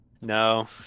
no